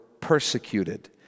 persecuted